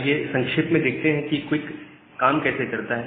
आइए संक्षेप में देखते हैं कि क्विक काम कैसे करता है